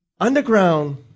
underground